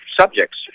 subjects